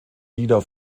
nieder